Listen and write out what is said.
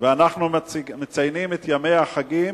ואנחנו מציינים את ימי החגים,